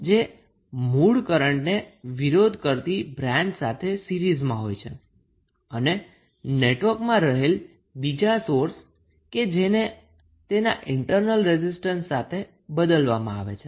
જે મૂળ કરન્ટને વિરોધ કરતી બાન્ચ સાથે સીરીઝમાં હોય છે અને નેટવર્કમાં રહેલા બીજા સોર્સ કે જેને તેના ઈન્ટર્નલ રેઝિસ્ટન્સ સાથે બદલાવવામાં આવે છે